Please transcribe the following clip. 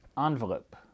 envelope